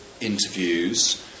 interviews